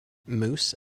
moose